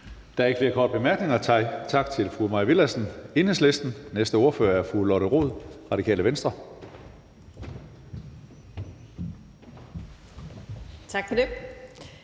er ikke flere korte bemærkninger. Tak til fru Mai Villadsen, Enhedslisten. Næste ordfører er fru Lotte Rod, Radikale Venstre. Kl.